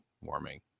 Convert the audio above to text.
warming